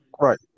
right